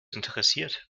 interessiert